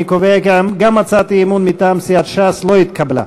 אני קובע כי גם הצעת האי-אמון מטעם סיעת ש"ס לא התקבלה.